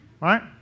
Right